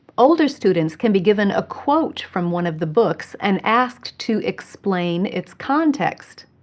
older students can be given a quote from one of the books and asked to explain its context.